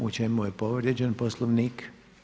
U čemi je povrijeđen Poslovnik?